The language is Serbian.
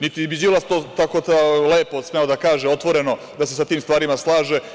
Niti bi Đilas to tako lepo smeo da kaže, otvoreno, da se sa tim stvarima slaže.